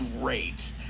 great